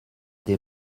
des